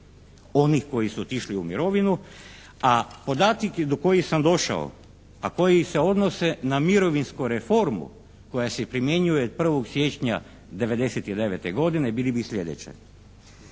onih koji su otišli u mirovinu, a podaci do kojih sam došao, a koji se odnose na mirovinsku reformu koja se primjenjuje od 1. siječnja 99. godine bili bi sljedeće.